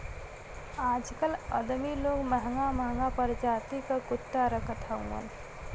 आजकल अदमी लोग महंगा महंगा परजाति क कुत्ता रखत हउवन